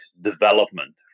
development